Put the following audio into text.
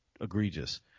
egregious